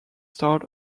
start